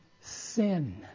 sin